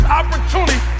opportunity